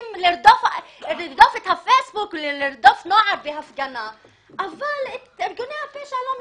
רודפים אותנו אבל ארגוני הפשע לא מפחדים?